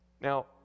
Now